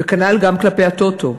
וכנ"ל גם כלפי הטוטו.